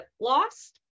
lost